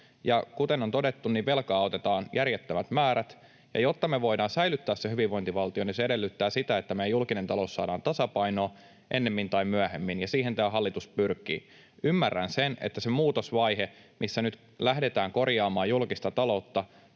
kuten on todettu, velkaa otetaan järjettömät määrät. Jotta me voidaan säilyttää se hyvinvointivaltio, se edellyttää sitä, että meidän julkinen taloutemme saadaan tasapainoon ennemmin tai myöhemmin, ja siihen tämä hallitus pyrkii. Ymmärrän sen, että se muutosvaihe, missä nyt lähdetään korjaamaan julkista taloutta,